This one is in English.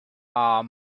are